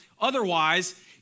Otherwise